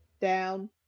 down